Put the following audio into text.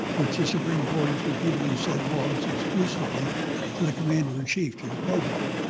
which the supreme court has repeatedly said belongs exclusively to the commander in chief, to the president.